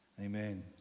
Amen